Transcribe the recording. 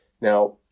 Now